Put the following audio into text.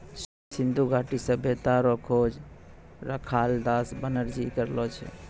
सिन्धु घाटी सभ्यता रो खोज रखालदास बनरजी करलो छै